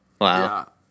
Wow